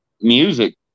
music